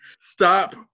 Stop